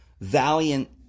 valiant